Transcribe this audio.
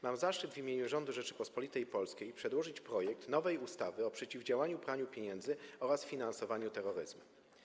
Mam zaszczyt w imieniu rządu Rzeczypospolitej Polskiej przedłożyć projekt nowej ustawy o przeciwdziałaniu praniu pieniędzy oraz finansowaniu terroryzmu.